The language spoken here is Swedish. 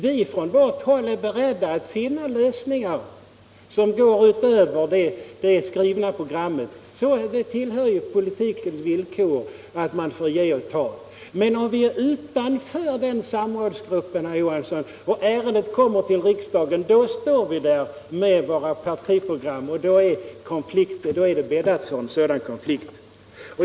Vi från vårt håll är beredda att finna lösningar som går utöver det skrivna programmet. Det tillhör ju politikens villkor att man får ge och ta. Men om vi befinner oss utanför samrådsgruppen, herr Johansson, och ärendet kommer till riksdagen, står vi där med våra partiprogram, och då är det bäddat för en konflikt.